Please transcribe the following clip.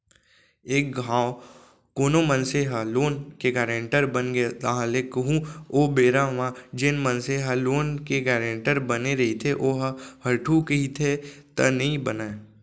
एक घांव कोनो मनसे ह लोन के गारेंटर बनगे ताहले कहूँ ओ बेरा म जेन मनसे ह लोन के गारेंटर बने रहिथे ओहा हटहू कहिथे त नइ बनय